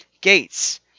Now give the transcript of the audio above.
Gates